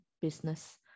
business